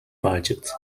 budget